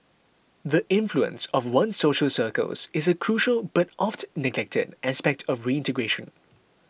the influence of one's social circles is a crucial but oft neglected aspect of reintegration